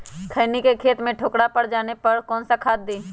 खैनी के खेत में ठोकरा पर जाने पर कौन सा खाद दी?